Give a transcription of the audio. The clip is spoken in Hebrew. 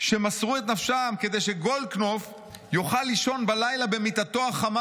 שמסרו את נפשם כדי שגולדקנופ יוכל לישון בלילה במיטתו החמה